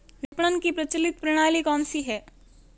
विपणन की प्रचलित प्रणाली कौनसी है?